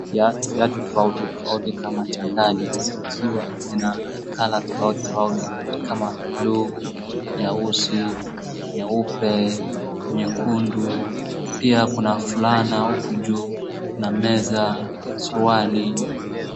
Viatu tofauti tofauti kama chandali zikiwa zina colour tofauti tofauti kama bluu, nyeusi, nyeupe, nyekundu. Pia kuna fulana huku juu, kuna meza, suruali.